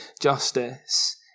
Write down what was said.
justice